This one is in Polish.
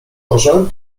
może